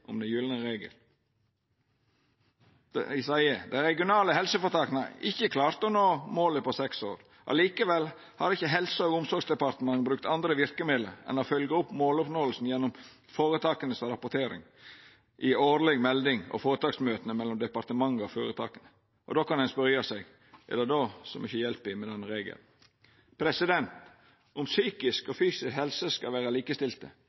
om den gylne regel. Ein seier at dei regionale helseføretaka ikkje klarte å nå måla på seks år. Likevel har ikkje Helse- og omsorgsdepartementet brukt andre verkemiddel enn å følgja opp måloppnåinga gjennom føretaka sine rapporteringar i årleg melding og føretaksmøta mellom departementet og føretaka. Då kan ein spørja seg: Er det då så mykje hjelp i denne regelen? Om psykisk og fysisk helse skal vera likestilte,